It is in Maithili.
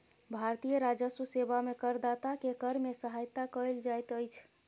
भारतीय राजस्व सेवा में करदाता के कर में सहायता कयल जाइत अछि